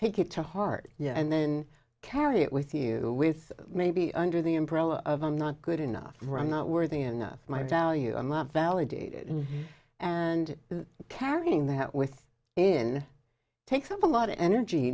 take it to heart yeah and then carry it with you with maybe under the umbrella of i'm not good enough i'm not worthy enough my value validated and carrying that with in takes up a lot of energy